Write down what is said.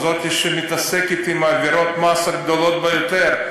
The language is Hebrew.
זאת שמתעסקת בעבירות המס הגדולות ביותר,